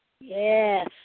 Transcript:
Yes